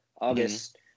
August